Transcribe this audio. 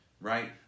right